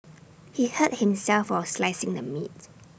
he hurt himself while slicing the meat